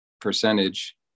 percentage